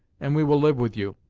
and we will live with you